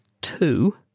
two